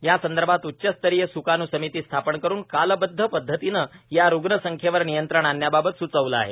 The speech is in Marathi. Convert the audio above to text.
या संदर्भात उच्चस्तरीय सुकाणू समिती स्थापन करून कालबद्ध पद्धतीनं या रूग्णसंख्येवर नियंत्रण आणण्याबाबत सूचवलं आहे